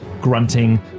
grunting